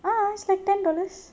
uh ah it's like ten dollars